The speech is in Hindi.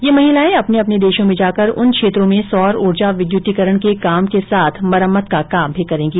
ये महिलाऐं अपने अपने देशों में जाकर उन क्षेत्रों में सौर ऊर्जा विद्युतीकरण के कार्य के साथ मरम्मत का काम भी करेंगी